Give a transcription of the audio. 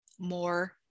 More